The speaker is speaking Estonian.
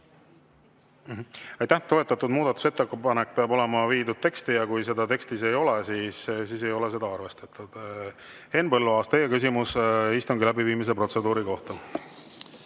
Aitäh! Toetatud muudatusettepanek peab olema viidud teksti. Kui seda tekstis ei ole, siis ei ole seda arvestatud. Henn Põlluaas, teie küsimus istungi läbiviimise protseduuri kohta!